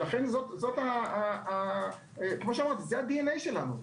זה ה-DNA שלנו,